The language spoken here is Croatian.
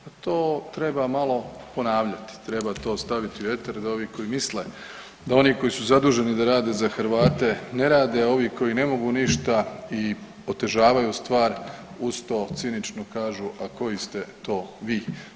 To treba malo ponavljati, treba to staviti u eter da ovi koji misle da oni koji su zaduženi da rade za Hrvate ne rade, a ovi koji ne mogu ništa i otežavaju stvar uz to cinično kažu a koji ste to vi.